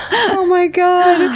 oh my god!